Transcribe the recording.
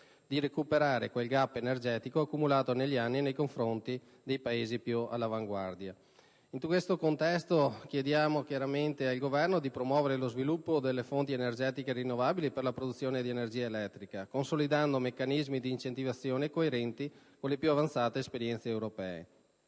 di recuperare quel *gap* energetico accumulato negli anni nei confronti dei Paesi più all'avanguardia, impegna il Governo: a promuovere lo sviluppo delle fonti energetiche rinnovabili per la produzione di energia elettrica, consolidando meccanismi di incentivazione coerenti con le più avanzate esperienze europee;